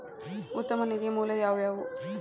ಉತ್ತಮ ನಿಧಿಯ ಮೂಲ ಯಾವವ್ಯಾವು?